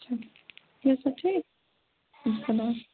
چھُنہٕ تُہۍ ٲسوا ٹھیٖک چلو